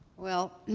well,